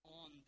on